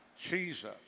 Jesus